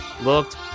looked